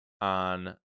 on